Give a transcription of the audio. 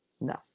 No